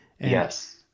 Yes